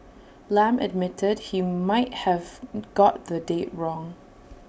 Lam admitted he might have got the date wrong